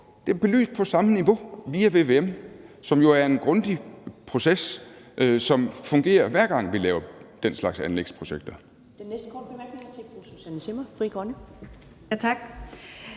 Det er jo belyst på samme niveau via vvm, som er en grundig proces, som fungerer, hver gang vi laver den slags anlægsprojekter.